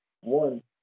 One